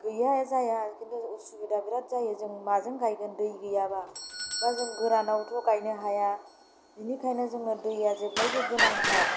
गैया जाया खिन्थु असुबिदा बिराद जायो जों माजों गायगोन दै गैयाब्ला बा जों गोरानावथ' गायनो हाया बेनिखायनो जोंनो दैया जेब्लायबो गोनांथार